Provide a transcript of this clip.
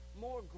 more